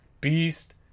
Beast